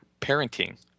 parenting